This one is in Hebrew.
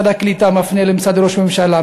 משרד הקליטה מפנה למשרד ראש הממשלה,